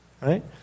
right